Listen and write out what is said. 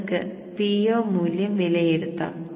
നിങ്ങൾക്ക് Po മൂല്യം വിലയിരുത്താം